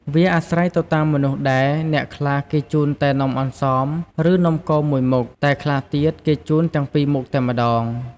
វាអាស្រ័យទៅតាមមនុស្សដែរ អ្នកខ្លះគេជូនតែនំអន្សម ឬ នំគមមួយមុខ តែខ្លះទៀតគេជូនទាំងពីរមុខតែម្ដង។